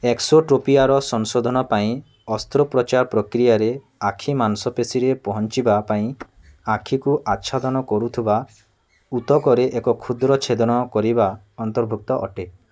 ଏକ୍ସୋଟ୍ରୋପିଆର ସଂଶୋଧନ ପାଇଁ ଅସ୍ତ୍ରୋପଚାର ପ୍ରକ୍ରିୟାରେ ଆଖି ମାଂସପେଶୀରେ ପହଞ୍ଚିବା ପାଇଁ ଆଖିକୁ ଆଚ୍ଛାଦନ କରୁଥିବା ଉତକରେ ଏକ କ୍ଷୁଦ୍ର ଛେଦନ କରିବା ଅନ୍ତର୍ଭୁକ୍ତ ଅଟେ